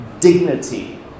dignity